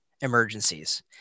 emergencies